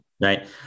Right